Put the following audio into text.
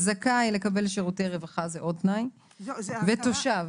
זכאי לקבל שירותי רווחה זה עוד תנאי, ותושב.